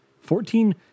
Fourteen